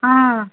ಹಾಂ